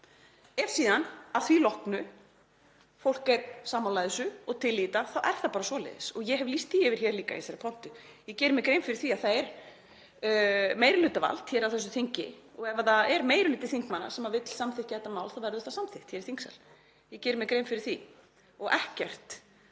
er síðan að því loknu sammála þessu og til í þetta þá er það bara svoleiðis og ég hef lýst því yfir líka í þessari pontu. Ég geri mér grein fyrir því að það er meirihlutavald á þessu þingi og ef meiri hluti þingmanna vill samþykkja þetta mál þá verður það samþykkt hér í þingsal. Ég geri mér grein fyrir því og hef ekkert